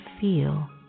feel